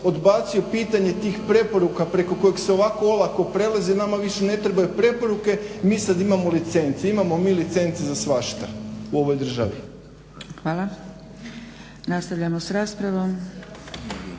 odbacio pitanje tih preporuka preko kojih se ovako olako prelazi, jer nama više ne trebaju preporuke mi sad imamo licence. Imamo mi licence za svašta u ovoj državi. **Zgrebec, Dragica